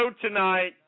tonight